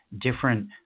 different